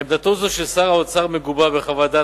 עמדתו זו של שר האוצר מגובה בחוות דעת